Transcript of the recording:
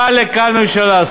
באה לכאן ממשלה,